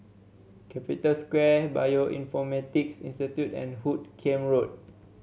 Capital Square Bioinformatics Institute and Hoot Kiam Road